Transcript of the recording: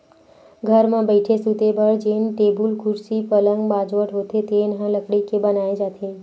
घर म बइठे, सूते बर जेन टेबुल, कुरसी, पलंग, बाजवट होथे तेन ह लकड़ी के बनाए जाथे